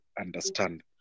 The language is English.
understand